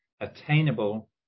attainable